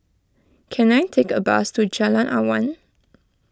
can I take a bus to Jalan Awan